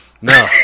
No